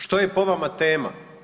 Što je po vama tema?